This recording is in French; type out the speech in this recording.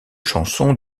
chansons